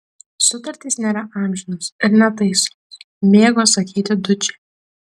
sutartys nėra amžinos ir netaisomos mėgo sakyti dučė